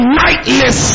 nightless